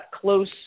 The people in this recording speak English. close